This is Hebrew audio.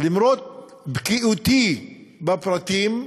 למרות בקיאותי בפרטים,